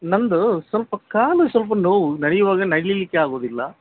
ನನ್ನದು ಸ್ವಲ್ಪ ಕಾಲು ಸ್ವಲ್ಪ ನೋವು ನಡೆಯುವಾಗ ನಡೀಲಿಕ್ಕೆ ಆಗುದಿಲ್ಲ